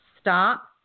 stop